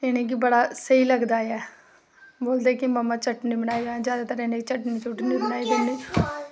इनेंगी बड़ा स्हेई लगदा ऐ बोलदे की मम्मा चटनी बनाई देओ ते जादैतर इनेंगी चटनी बनाई दिन्नी